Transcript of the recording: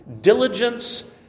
Diligence